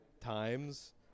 times